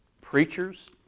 preachers